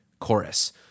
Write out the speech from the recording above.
chorus